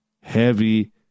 Heavy